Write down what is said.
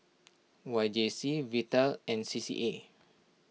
Y J C Vital and C C A